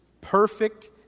perfect